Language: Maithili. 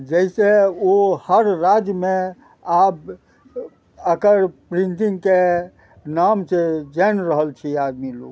जैसँ ओ हर राज्यमे आब एकर प्रिन्टिंगके नामसँ जानि रहल छै आदमी लोग